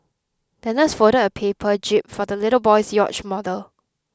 the nurse folded a paper jib for the little boy's yacht model